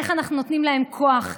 איך אנחנו נותנים להם כוח,